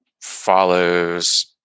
follows